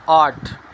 آٹھ